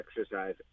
exercise